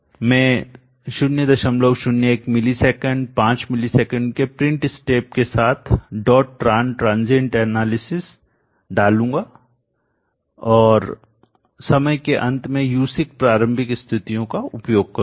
मैं 001 millisecond 5 millisecond के print step के साथ एक dot Tran transient analysis dot tran क्षणिक विश्लेषण डालूंगा और समय केअंत में यूसिक प्रारंभिक स्थितियों का उपयोग करूंगा